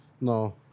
No